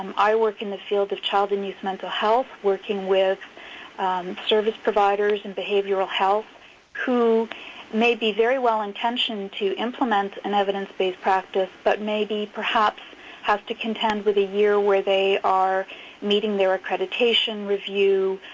um i work in the field of child and youth mental health, working with service providers and behavioral health who may be very well intentioned to implement an evidence-based practice, but maybe perhaps have to contend with a year where they are meeting their accreditation review,